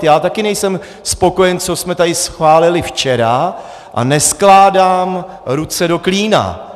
Já taky nejsem spokojen, co jsme tady schválili včera, a neskládám ruce do klína.